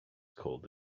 called